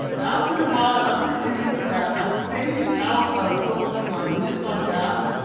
after awhile, after a few weeks of that, i phase out of focusing on minutes on task.